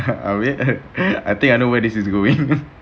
abeh I think I know where this is going